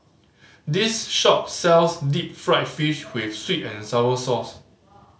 this shop sells deep fried fish with sweet and sour sauce